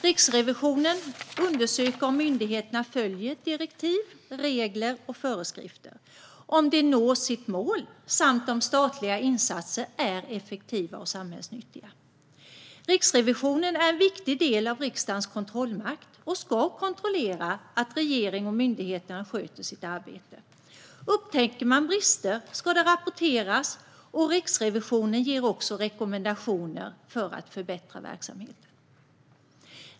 Riksrevisionen undersöker om myndigheterna följer direktiv, regler och föreskrifter, om de når sina mål samt om statliga insatser är effektiva och samhällsnyttiga. Riksrevisionen är en viktig del av riksdagens kontrollmakt och ska kontrollera att regeringen och myndigheterna sköter sitt arbete. Upptäcker man brister ska det rapporteras, och Riksrevisionen ger också rekommendationer för att förbättra verksamheten.